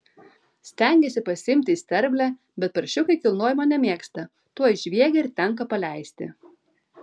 stengiasi pasiimti į sterblę bet paršiukai kilnojimo nemėgsta tuoj žviegia ir tenka paleisti